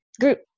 group